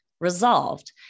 resolved